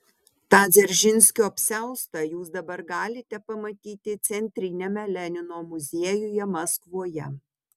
tą dzeržinskio apsiaustą jūs dabar galite pamatyti centriniame lenino muziejuje maskvoje